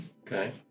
Okay